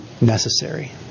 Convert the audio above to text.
necessary